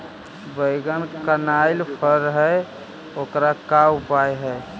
बैगन कनाइल फर है ओकर का उपाय है?